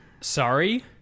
Sorry